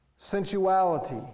Sensuality